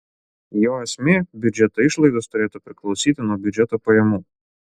jo esmė biudžeto išlaidos turėtų priklausyti nuo biudžeto pajamų